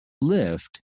lift